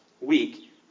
week